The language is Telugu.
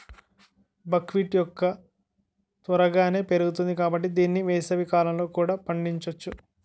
బక్ వీట్ మొక్క త్వరగానే పెరుగుతుంది కాబట్టి దీన్ని వేసవికాలంలో కూడా పండించొచ్చు